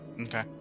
Okay